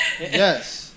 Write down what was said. Yes